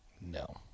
No